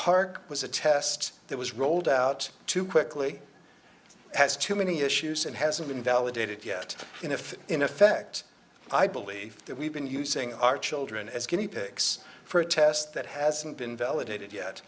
park was a test that was rolled out too quickly has too many issues and hasn't been validated yet if in effect i believe that we've been using our children as guinea pigs for a test that hasn't been validated yet